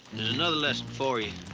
there's another lesson for you.